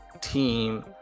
team